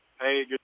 Hey